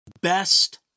best